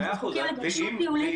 אנחנו זקוקים לגמישות ניהולית --- אם